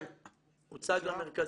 הוא הוצג למרכזים.